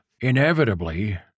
inevitably